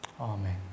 Amen